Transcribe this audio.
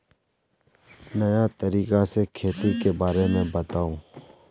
नया तरीका से खेती के बारे में बताऊं?